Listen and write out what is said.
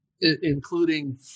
including